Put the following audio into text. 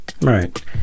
Right